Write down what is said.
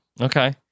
Okay